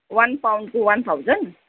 one पाउन्डको one thousand